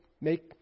make